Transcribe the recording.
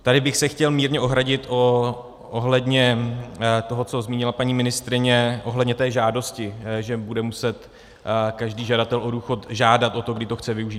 Tady bych se chtěl mírně ohradit ohledně toho, co zmínila paní ministryně ohledně té žádosti, že bude muset každý žadatel o důchod žádat o to, kdy to chce využít.